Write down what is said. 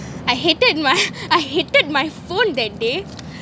I hated my I hated my phone that day